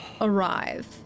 arrive